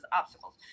obstacles